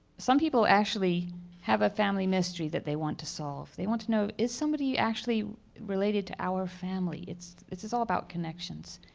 some people actually have a family mystery that they want to solve. they want to know, is somebody actually related to our family? it's it's all about connections.